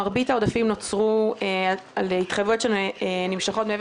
מרבית העודפים נוצרו בשל התחייבויות שנמשכות מעבר